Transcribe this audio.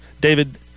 David